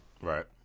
Right